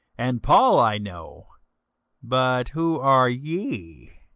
and paul i know but who are ye?